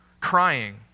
crying